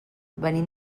venim